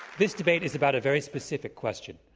this debate is about a very specific question.